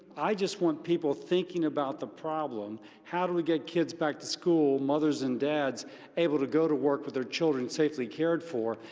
i just want people thinking about the problem, how do we get kids back to school, mothers and dads able to go to work with their children safely cared for?